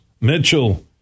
Mitchell